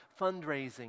fundraising